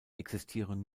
existieren